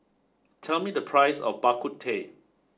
tell me the price of Bak Kut Teh